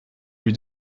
lui